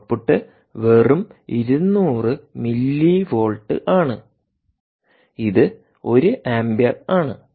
output output വെറും 200 millivolt ആണ് ഇത് 1 ആമ്പിയർ ആണ്